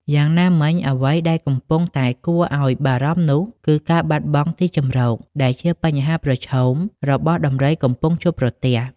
យ៉ាងណាមិញអ្វីដែលកំពុងតែគួរឲ្យបារម្ភនោះគឺការបាត់បង់ទីជម្រក ដែលជាបញ្ហាប្រឈមរបស់ដំរីកំពុងជួបប្រទះ។